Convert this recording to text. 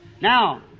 Now